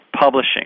publishing